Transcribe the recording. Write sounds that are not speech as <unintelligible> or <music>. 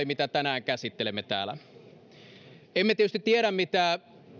<unintelligible> mitä tänään käsittelemme täällä on tärkeä signaali emme tietysti tiedä mitä